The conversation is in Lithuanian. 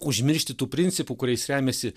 užmiršti tų principų kuriais remiasi